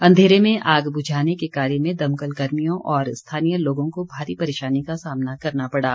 अंधेरे में आग बुझाने के कार्य में दमकल कर्मियों और स्थानीय लोगों को भारी परेशानी का सामना करना पड़ा